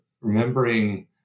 remembering